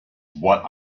what